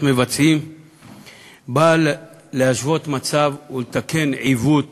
מבצעים (תיקוני חקיקה) באה להשוות מצב ולתקן עיוות